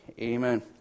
Amen